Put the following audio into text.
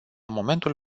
momentul